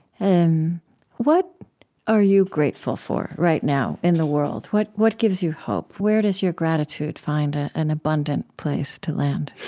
and what are you grateful for right now in the world? what what gives you hope? where does your gratitude find ah an abundant place to land?